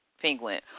Penguin